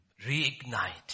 reignite